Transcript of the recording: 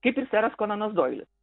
kaip ir seras konanas doilis